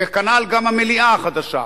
וכנ"ל גם המליאה החדשה,